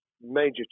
major